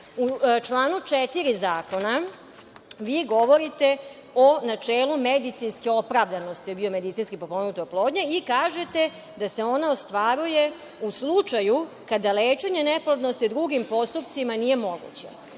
članu 4. zakona vi govorite o načelu medicinske opravdanosti biomedicinski potpomognute oplodnje i kažete da se ona ostvaruje u slučaju kada lečenje neplodnosti drugim postupcima nije moguće.